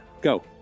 Go